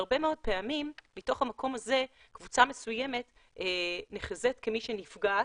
והרבה מאוד פעמים מתוך המקום הזה קבוצה מסוימת נחזית כמי שנפגעת,